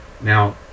now